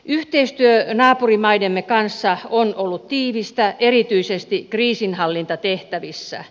yhteistyö naapurimaidemme kanssa on ollut tiivistä erityisesti kriisinhallintatehtävissä